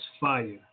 fire